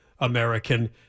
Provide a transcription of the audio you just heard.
American